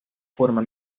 forma